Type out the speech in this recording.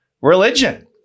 religion